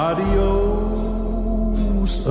Adios